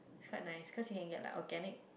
quite nice cause you can get like organic